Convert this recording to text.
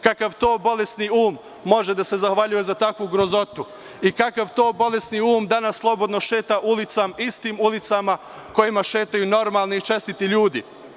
Kakav to bolesni um može da se zahvaljuje za takvu grozotu i kakav to bolesni um danas slobodno šeta ulicama, istim ulicama, kojima šetaju normalni i čestiti ljudi?